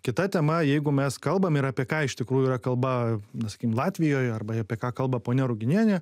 kita tema jeigu mes kalbam ir apie ką iš tikrųjų yra kalba na sakykim latvijoj arba apie ką kalba ponia ruginienė